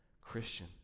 Christian